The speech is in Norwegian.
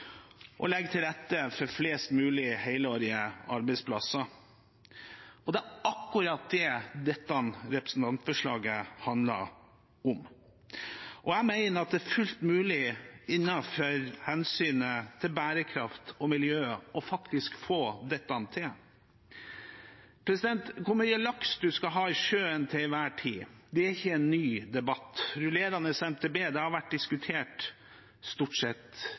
legge til rette for flest mulig helårige arbeidsplasser. Det er akkurat det dette representantforslaget handler om. Jeg mener at det er fullt mulig, innenfor hensynet til bærekraft og miljø, å få dette til. Hvor mye laks man skal ha i sjøen til enhver tid, er ikke en ny debatt. Rullerende MTB har vært diskutert stort sett